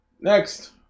Next